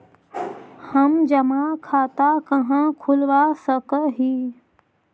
हम जमा खाता कहाँ खुलवा सक ही?